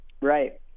Right